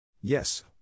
Yes